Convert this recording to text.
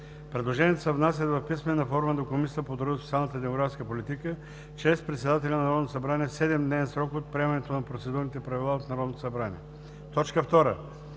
Предложенията се внасят в писмена форма до Комисията по труда, социалната и демографската политика чрез председателя на Народното събрание в 7-дневен срок от приемането на процедурни правила от Народното събрание. 2.